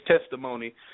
testimony